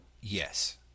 Yes